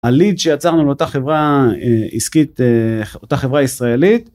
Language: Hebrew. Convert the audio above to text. הליד שיצרנו לאותה חברה עסקית אותה חברה ישראלית.